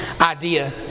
idea